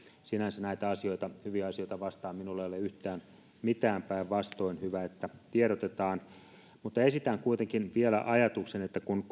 sinänsä näitä asioita hyviä asioita vastaan minulla ei ole yhtään mitään päinvastoin hyvä että tiedotetaan esitän kuitenkin vielä ajatuksen että kun